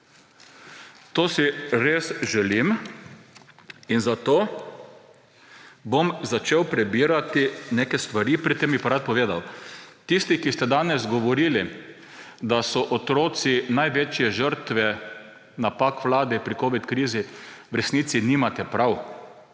To si res želim in zato bom začel prebirati neke stvari, pred tem bi pa rad povedal, tisti, ki ste danes govorili, da so otroci največje žrtve napak vlade pri covid krizi, v resnici nimate prav.